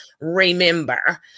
remember